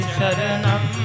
Sharanam